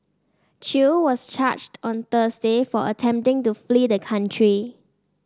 Chew was charged on Thursday for attempting to flee the country